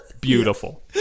Beautiful